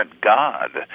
God